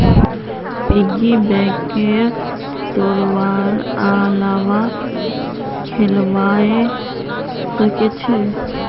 piggy बैंकक तोडवार अलावा खोलवाओ सख छ